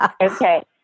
Okay